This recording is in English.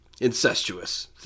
incestuous